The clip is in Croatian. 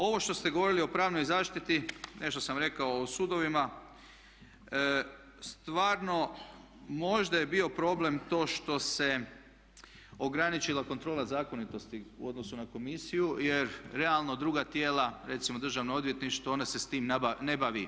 Ovo što ste govorili o pravnoj zaštiti, nešto sam rekao o sudovima, stvarno možda je bio problem to što se ograničila kontrola zakonitosti u odnosu na komisiju jer realno druga tijela recimo državna odvjetništva ono se sa time ne bavi.